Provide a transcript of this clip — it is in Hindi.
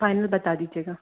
फाइनल बता दीजिएगा